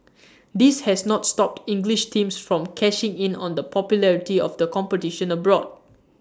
this has not stopped English teams from cashing in on the popularity of the competition abroad